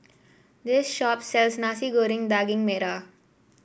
this shop sells Nasi Goreng Daging Merah